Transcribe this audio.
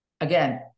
Again